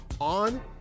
on